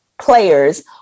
players